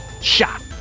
shot